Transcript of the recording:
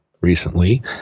recently